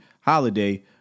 holiday